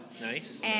Nice